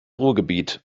ruhrgebiet